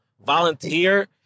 volunteer